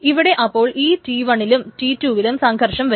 ഇവിടെ അപ്പോൾ ഈ T1 ലും T2 വിലും സംഘർഷം വരും